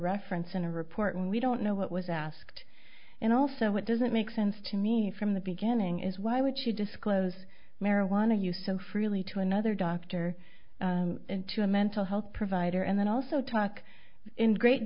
reference in a report and we don't know what was asked and also it doesn't make sense to me from the beginning is why would she disclose marijuana use so freely to another doctor and to a mental health provider and then also talk in great